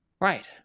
right